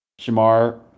Shamar